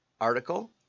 article